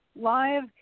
live